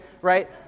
right